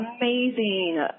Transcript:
amazing